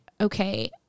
okay